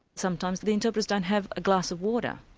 sometimes the interpreters don't have a glass of water.